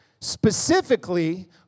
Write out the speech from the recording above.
Specifically